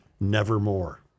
Nevermore